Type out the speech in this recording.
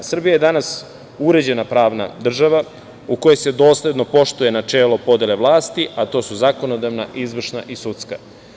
Srbija je danas uređena pravna država u kojoj se dosledno poštuje načelo podele vlasti, a to su zakonodavna, izvršna i sudska.